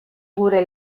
gure